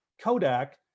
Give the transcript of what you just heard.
Kodak